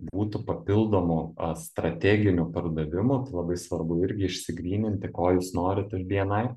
būtų papildomų strateginių pardavimų tai labai svarbu irgi išsigryninti ko jūs norit iš bni